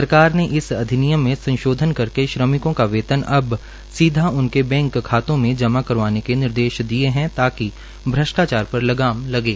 सरकार ने इस अधिनियम में संशोधन करके श्रमिकों का वेतना अब सीधा उनके बैंक खातों में जमा करवाने के निर्देश दिए है ताकि भ्रष्टाचार पर लगाम लगे